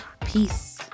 peace